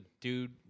dude